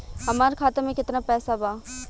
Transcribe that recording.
हमार खाता में केतना पैसा बा?